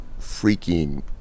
freaking